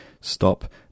stop